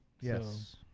Yes